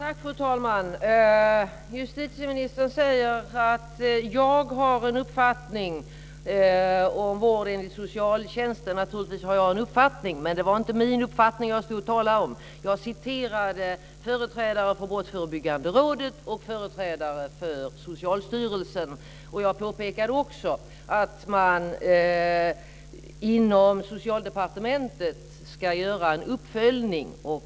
Fru talman! Justitieministern säger att jag har en uppfattning om vård enligt socialtjänsten. Naturligtvis har jag en uppfattning, men det var inte min uppfattning jag talade om. Jag citerade företrädare för Brottsförebyggande rådet och företrädare för Socialstyrelsen. Jag påpekade också att man ska göra en uppföljning av detta inom Socialdepartementet.